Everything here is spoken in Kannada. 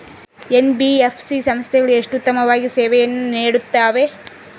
ಎನ್.ಬಿ.ಎಫ್.ಸಿ ಸಂಸ್ಥೆಗಳು ಎಷ್ಟು ಉತ್ತಮವಾಗಿ ಸೇವೆಯನ್ನು ನೇಡುತ್ತವೆ?